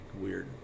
weird